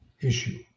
issue